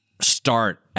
start